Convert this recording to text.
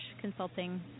consulting